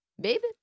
baby